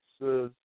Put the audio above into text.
says